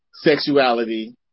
sexuality